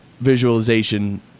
visualization